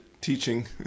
teaching